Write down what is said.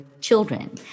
children